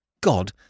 God